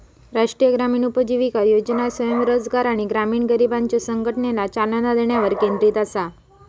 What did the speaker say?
राष्ट्रीय ग्रामीण उपजीविका योजना स्वयंरोजगार आणि ग्रामीण गरिबांच्यो संघटनेला चालना देण्यावर केंद्रित असा